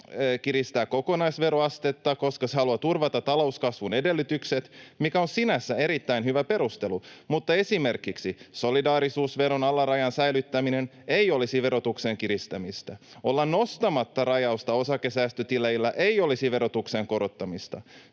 kiristää kokonaisveroastetta, koska se haluaa turvata talouskasvun edellytykset, mikä on sinänsä erittäin hyvä perustelu. Mutta esimerkiksi solidaarisuusveron alarajan säilyttäminen ei olisi verotuksen kiristämistä, se, että oltaisiin nostamatta rajausta osakesäästötileillä, ei olisi verotuksen korottamista